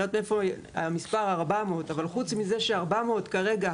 אני לא יודעת מאיפה המספר 400. אבל חוץ מזה ש-400 כרגע,